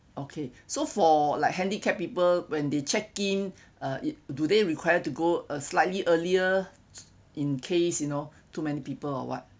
okay so for like handicap people when they check in uh do they required to go uh slightly earlier in case you know too many people or what